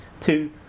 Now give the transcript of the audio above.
two